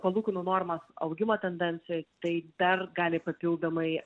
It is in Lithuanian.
palūkanų normos augimo tendencija tai dar gali papildomai